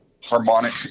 harmonic